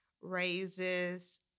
raises